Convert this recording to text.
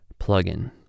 plugin